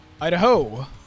Idaho